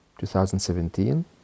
2017